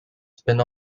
spin